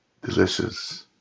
delicious